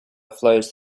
flows